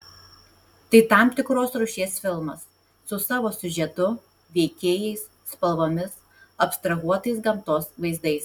tai tam tikros rūšies filmas su savo siužetu veikėjais spalvomis abstrahuotais gamtos vaizdais